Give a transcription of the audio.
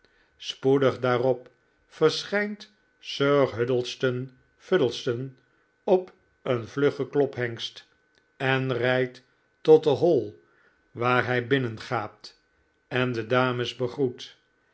spoedig daarop verschijnt sir huddlestone fuddlestone op een vluggen klophengst en rijdt tot de hall waar hij binnengaat en de dames